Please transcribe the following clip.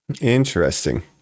Interesting